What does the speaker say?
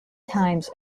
times